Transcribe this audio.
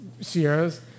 Sierras